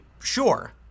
sure